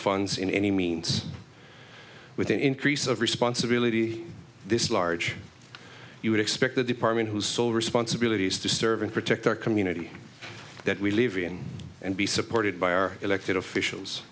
funds in any means with an increase of responsibility this large you would expect a department whose sole responsibility is to serve and protect our community that we live in and be supported by our elected officials